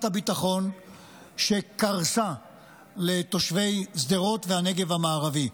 הביטחון שקרסה לתושבי שדרות והנגב המערבי.